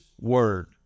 word